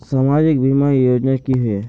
सामाजिक बीमा योजना की होय?